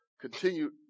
continued